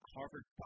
Harvard